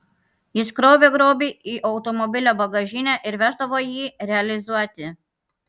jis krovė grobį į automobilio bagažinę ir veždavo jį realizuoti